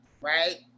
right